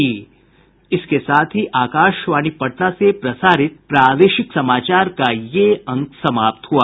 इसके साथ ही आकाशवाणी पटना से प्रसारित प्रादेशिक समाचार का ये अंक समाप्त हुआ